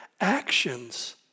actions